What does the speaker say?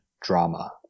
drama